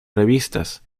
revistas